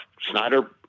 Snyder